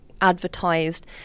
advertised